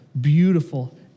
beautiful